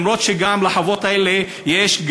למרות שגם לחוות האלה יש,